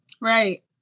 Right